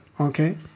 okay